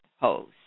hose